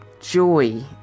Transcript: joy